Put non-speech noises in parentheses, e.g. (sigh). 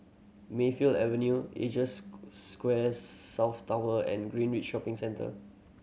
Mayfield Avenue Asia (unintelligible) Square South Tower and Greenridge Shopping Centre